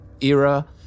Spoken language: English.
era